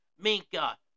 Minka